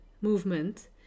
movement